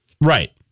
Right